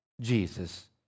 Jesus